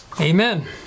Amen